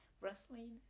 wrestling